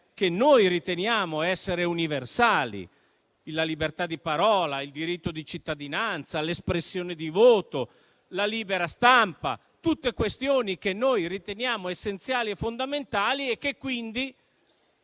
che noi riteniamo essere universali, come la libertà di parola, il diritto di cittadinanza, l'espressione di voto, la libera stampa, tutte questioni che noi riteniamo essenziali e fondamentali. Pertanto,